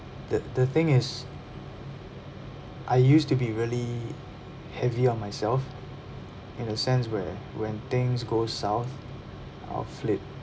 the the thing is I used to be really heavy on myself in a sense where when things go south I'll flip